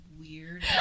weird